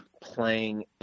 playing